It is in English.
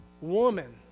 Woman